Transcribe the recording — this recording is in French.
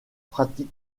pratiques